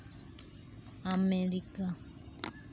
America